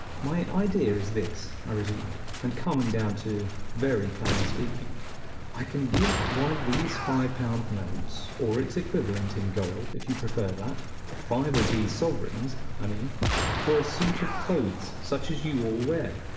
my idea is this, i resumed, and coming down to very plain speaking i can give one of these five-pound notes, or its equivalent in gold, if you prefer that five of these sovereigns, i mean for a suit of clothes such as you all wear.